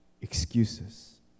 excuses